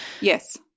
Yes